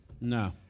No